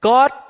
God